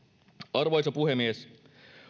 arvoisa puhemies